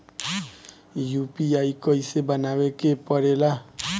UPI कइसे बनावे के परेला?